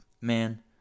Man